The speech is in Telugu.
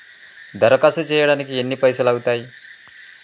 దరఖాస్తు చేయడానికి ఎన్ని పైసలు అవుతయీ?